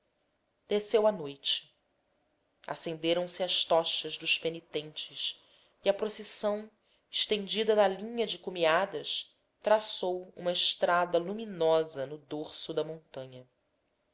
desceu a noite acenderam se as tochas dos penitentes e a procissão estendida na linha de cumeadas traçou uma estrada luminosa no dorso da montanha